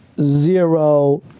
Zero